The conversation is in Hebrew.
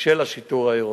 של השיטור העירוני.